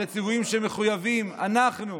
אלה